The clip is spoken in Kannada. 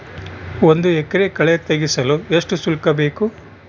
ಒಂದು ಎಕರೆ ಕಳೆ ತೆಗೆಸಲು ಎಷ್ಟು ಶುಲ್ಕ ಬೇಕು?